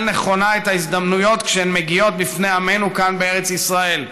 נכונה את ההזדמנויות כשהן מגיעות בפני עמנו כאן בארץ ישראל.